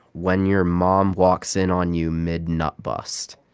when your mom walks in on you mid-nut bust.